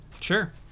Sure